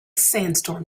sandstorm